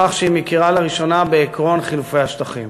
בכך שהיא מכירה לראשונה בעקרון חילופי השטחים.